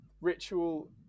ritual